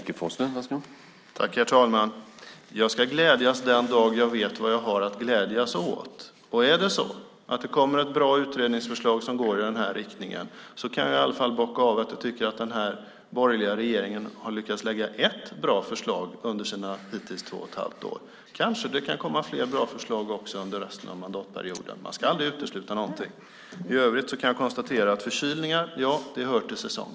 Herr talman! Jag ska glädjas den dag jag vet vad jag har att glädjas åt. Om det kommer ett bra utredningsförslag som går i den här riktningen kan jag i alla fall bocka av ett bra förslag som den borgerliga regeringen har lyckats lägga fram under sina hittills två och ett halvt år. Kanske det kan komma fler bra förslag under resten av mandatperioden också - man ska aldrig utesluta någonting.